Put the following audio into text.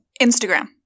Instagram